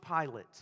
Pilate